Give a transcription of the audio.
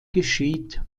geschieht